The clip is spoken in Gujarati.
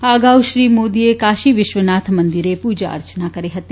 આ અગાઉ શ્રી મોદીએ કાશી વિશ્વનાથ મંદિરે પૂજાઅર્ચના કરી હતી